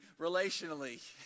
relationally